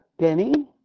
Denny